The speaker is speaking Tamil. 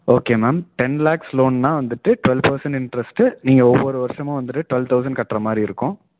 ஓகே மேம் டென் லேக்ஸ் லோன்னா வந்துவிட்டு டுவல் பெர்சண்ட் இன்ட்ரெஸ்ட்டு நீங்கள் ஒவ்வொரு வருஷமும் வந்துவிட்டு டுவல் தௌசண்ட் கட்டுற மாதிரி இருக்கும்